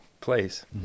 place